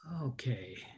Okay